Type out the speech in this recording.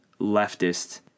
leftist